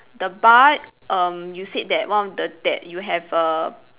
the bar um you said that one of the that you have a